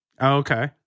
Okay